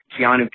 Keanu